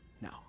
now